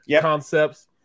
concepts